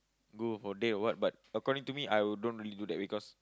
go for a date or what but according to me I will don't really do that because